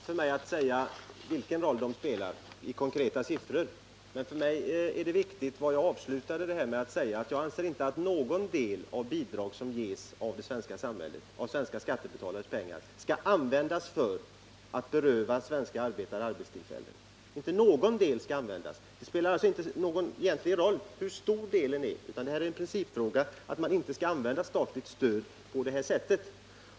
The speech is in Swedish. Herr talman! Det är omöjligt för mig att säga vilken roll bidragen spelar i konkreta siffror. Men jag anser inte att någon del av bidrag som ges av svenska skattebetalares pengar skall användas för att beröva svenska arbetare arbetstillfällen — inte någon del skall användas till det! Det spelar alltså egentligen inte någon roll hur stor den delen är. Det är en principsak att man inte skall använda statligt stöd på detta sätt.